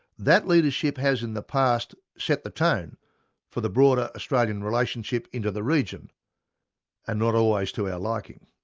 that leadership has in the past set the tone for the broader australian relationship into the region and not always to our liking.